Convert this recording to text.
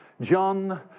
John